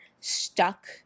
stuck